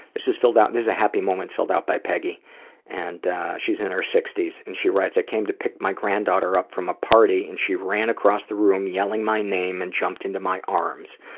this is filled out this is a happy moment filled out by aggie and she's in her sixty s and she writes, i came to pick my granddaughter up from a party and she ran across the room yelling my name and jumped into my arms.